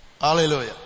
Hallelujah